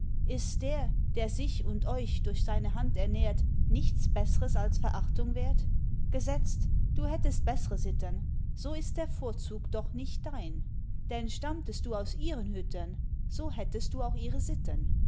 ist der der sich und euch durch seine hand ernährt nichts bessers als verachtung wert gesetzt du hättest beßre sitten so ist der vorzug doch nicht dein denn stammtest du aus ihren hütten so hättest du auch ihre sitten